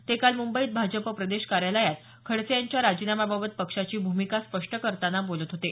ते काल मुंबईत भाजपा प्रदेश कार्यालयात खडसे यांच्या राजीनाम्याबाबत पक्षाची भूमिका स्पष्ट करताना बोलत होते